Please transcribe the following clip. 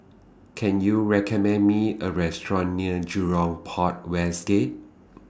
Can YOU recommend Me A Restaurant near Jurong Port West Gate